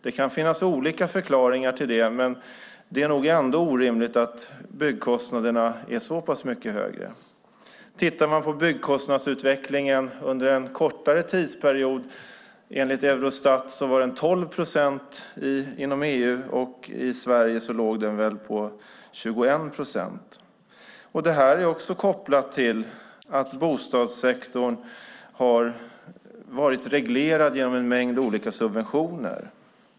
Det kan finnas olika förklaringar till det, men det är nog ändå orimligt att byggkostnaderna här är så pass mycket högre. Byggkostnadsutvecklingen under en kortare tidsperiod var, enligt Eurostat, 12 procent inom EU, medan den i Sverige låg på 21 procent. Det här är också kopplat till att bostadssektorn har varit reglerad genom en mängd olika subventioner.